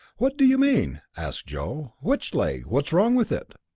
what do you mean? asked joe. which leg? what's wrong with it?